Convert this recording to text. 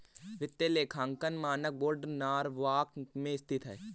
वित्तीय लेखांकन मानक बोर्ड नॉरवॉक में स्थित है